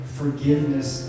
forgiveness